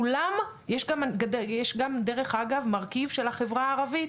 יש גם דרך אגב מרכיב של החברה הערבית,